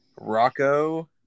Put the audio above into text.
Rocco